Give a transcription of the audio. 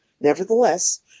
nevertheless